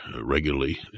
regularly